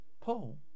Paul